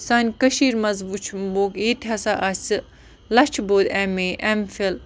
سانہِ کٔشیٖرِ منٛز ییٚتہِ ہَسا آسہِ لَچھِ بوٚد اٮ۪م اے اٮ۪م فِل